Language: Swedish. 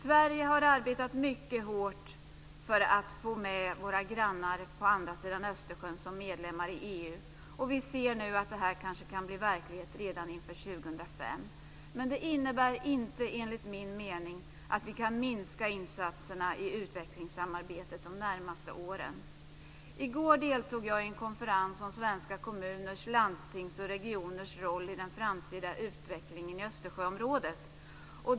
Sverige har arbetat mycket hårt för att få med våra grannar på andra sidan Östersjön som medlemmar i EU, och vi ser nu att det kan bli verklighet redan inför 2005. Men det innebär inte, enligt min mening, att vi kan minska insatserna i utvecklingssamarbetet de närmaste åren. I går deltog jag i en konferens om svenska kommuners, landstings och regioners roll i den framtida utvecklingen i Östersjöområdet.